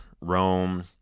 Rome